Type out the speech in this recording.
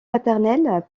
maternelle